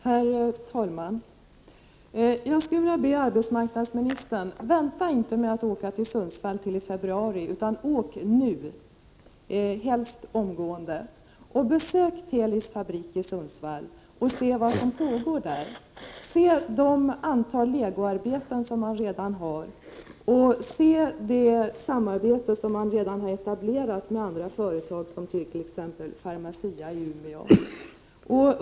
Herr talman! Jag skulle vilja be arbetsmarknadsministern: Vänta inte till februari med att åka till Sundsvall, utan åk nu, helst omgående! Besök Telis fabrik i Sundsvall och se vad som pågår där! Se hur många legoarbeten man redan har och se vilket samarbete man redan har etablerat med andra företag, som t.ex. Pharmacia i Umeå!